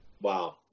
wow